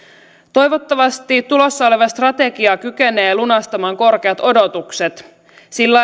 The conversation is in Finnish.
toivottavasti tulossa oleva strategia kykenee lunastamaan korkeat odotukset sillä